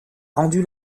rendu